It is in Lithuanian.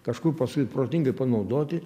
kažkur paskui protingai panaudoti